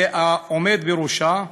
ואת העומד בראשה,